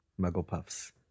Mugglepuffs